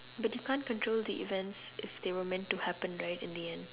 but you can't control the events if they were meant to happen right in the end